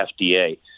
fda